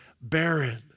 barren